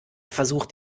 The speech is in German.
versucht